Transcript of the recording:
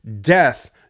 Death